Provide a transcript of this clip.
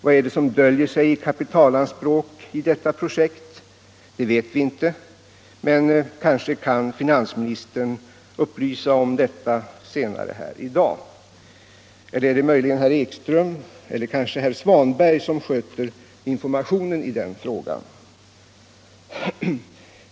Vad som döljer sig i fråga om kapitalanspråk i detta projekt vet vi inte, men det kanske finansministern kan upplysa om här i dag. Eller är det möjligen herr Ekström eller. herr Svanberg som sköter informationen i den frågan?